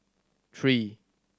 three